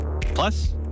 Plus